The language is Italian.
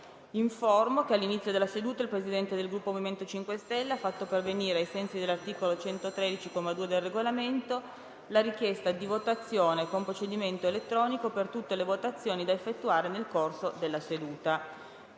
che all'inizio della seduta il Presidente del Gruppo MoVimento 5 Stelle ha fatto pervenire, ai sensi dell'articolo 113, comma 2, del Regolamento, la richiesta di votazione con procedimento elettronico per tutte le votazioni da effettuare nel corso della seduta.